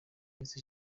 minsi